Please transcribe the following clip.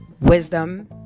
wisdom